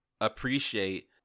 appreciate